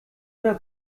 oder